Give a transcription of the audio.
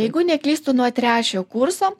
jeigu neklystu nuo trečiojo kurso